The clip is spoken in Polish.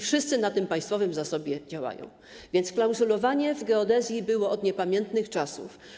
Wszyscy na tym państwowym zasobie działają, więc klauzulowanie w geodezji było od niepamiętnych czasów.